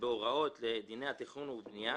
לדיני התכנון והבנייה.